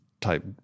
type